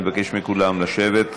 אני מבקש מכולם לשבת.